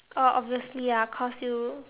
oh obviously ah cause you